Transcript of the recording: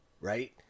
right